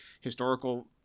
historical